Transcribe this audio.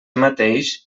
mateix